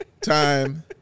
time